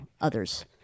others